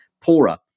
poorer